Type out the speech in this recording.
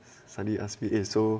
suddenly ask me eh so